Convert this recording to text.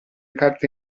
carte